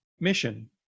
Mission